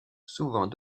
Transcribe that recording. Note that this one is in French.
souvent